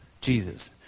Jesus